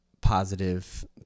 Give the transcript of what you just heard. positive